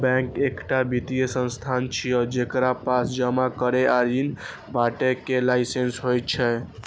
bank एकटा वित्तीय संस्थान छियै, जेकरा पास जमा करै आ ऋण बांटय के लाइसेंस होइ छै